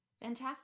Fantastic